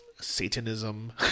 Satanism